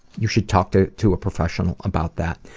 you should talk to to a professional about that.